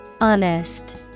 Honest